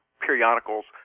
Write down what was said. periodicals